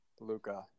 Luca